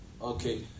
Okay